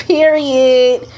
Period